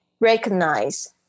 recognize